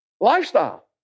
lifestyle